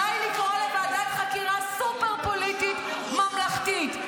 די לקרוא לוועדת חקירה סופר-פוליטית ממלכתית.